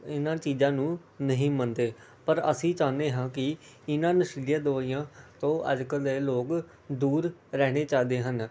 ਇਹਨਾਂ ਚੀਜ਼ਾਂ ਨੂੰ ਨਹੀਂ ਮੰਨਦੇ ਪਰ ਅਸੀਂ ਚਾਹੁੰਦੇ ਹਾਂ ਕਿ ਇਹਨਾਂ ਨਸ਼ੀਲੀਆਂ ਦਵਾਈਆਂ ਤੋਂ ਅੱਜ ਕੱਲ੍ਹ ਦੇ ਲੋਕ ਦੂਰ ਰਹਿਣੇ ਚਾਹੀਦੇ ਹਨ